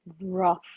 rough